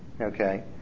okay